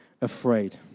afraid